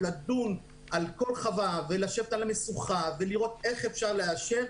לדון על כל חווה ולשבת על המשוכה ולראות איך אפשר לאשר.